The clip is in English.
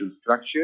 Structure